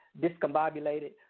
discombobulated